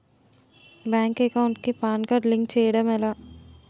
Bank account కి PAN card link చేయడం ఎలా?